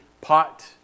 pot